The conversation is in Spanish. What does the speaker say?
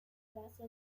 base